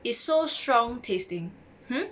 it's so strong tasting hmm